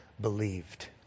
believed